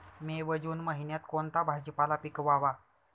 मे व जून महिन्यात कोणता भाजीपाला पिकवावा?